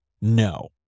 no